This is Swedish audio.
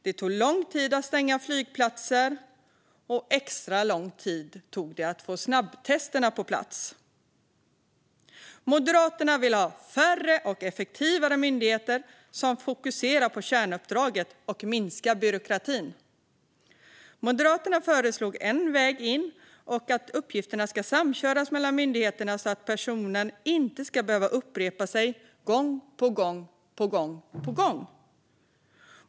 Det tog lång tid att stänga flygplatser, och det tog extra lång tid att få snabbtester på plats. Moderaterna vill ha färre och effektivare myndigheter som fokuserar på kärnuppdraget och minskar byråkratin. Moderaterna föreslog att det ska finnas en väg in och att uppgifterna ska samköras mellan myndigheter, så att personen inte ska behöva upprepa sig gång på gång.